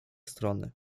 strony